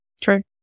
True